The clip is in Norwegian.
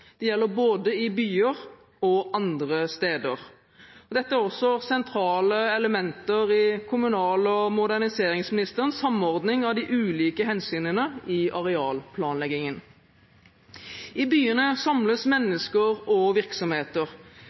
Det gjelder både i byer og andre steder. Dette er også sentrale elementer i kommunal- og moderniseringsmininisterens samordning av de ulike hensynene i arealplanleggingen. I byene samles mennesker og virksomheter,